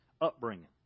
upbringing